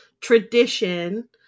tradition